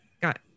got